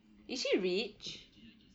is she rich